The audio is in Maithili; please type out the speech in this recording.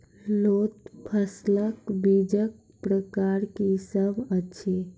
लोत फसलक बीजक प्रकार की सब अछि?